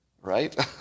right